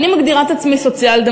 אני מגדירה את עצמי סוציאל-דמוקרטית.